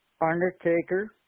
Undertaker